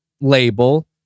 label